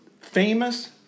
Famous